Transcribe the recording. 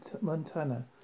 Montana